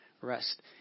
rest